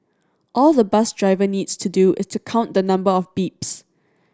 all the bus driver needs to do is to count the number of beeps